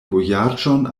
vojaĝon